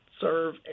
serve